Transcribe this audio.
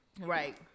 Right